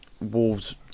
Wolves